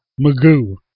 Magoo